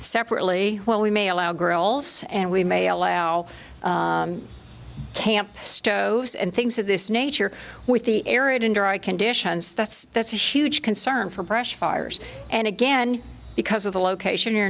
separately well we may allow girls and we may allow a camp stove and things of this nature with the arid and dry conditions that's that's a huge concern for brush fires and again because of the location